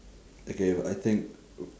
okay I think